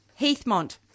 Heathmont